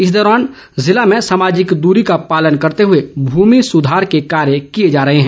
इस दौरान जिला में सामाजिक दूरी का पालन करते हुए भूमि सुधार के कार्य किए जा रहे हैं